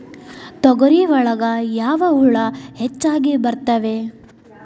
ತೊಗರಿ ಒಳಗ ಯಾವ ಹುಳ ಹೆಚ್ಚಾಗಿ ಬರ್ತವೆ?